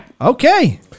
Okay